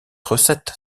recette